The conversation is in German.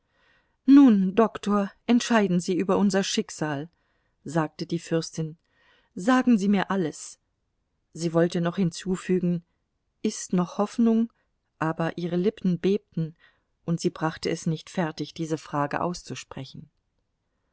nun doktor entscheiden sie über unser schicksal sagte die fürstin sagen sie mir alles sie wollte noch hinzufügen ist noch hoffnung aber ihre lippen bebten und sie brachte es nicht fertig diese frage auszusprechen